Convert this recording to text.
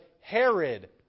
Herod